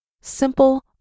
Simple